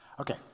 Okay